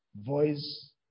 voice